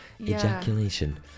ejaculation